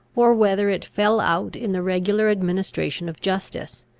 or whether it fell out in the regular administration of justice,